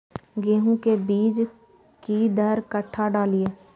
गेंहू के बीज कि दर कट्ठा डालिए?